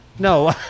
No